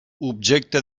objecte